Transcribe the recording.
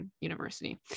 university